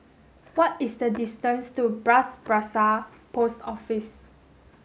what is the distance to Bras Basah Post Office